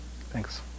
Thanks